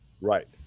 right